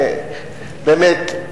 באמת,